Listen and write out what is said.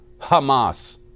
Hamas